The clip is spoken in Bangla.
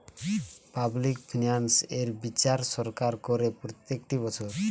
পাবলিক ফিনান্স এর বিচার সরকার করে প্রত্যেকটি বছর